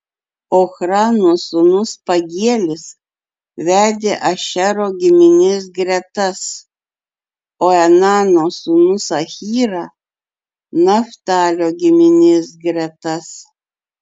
ochrano sūnus pagielis vedė ašero giminės gretas o enano sūnus ahyra naftalio giminės gretas